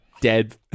dead